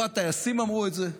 לא הטייסים אמרו את זה,